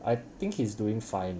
I think he's doing fine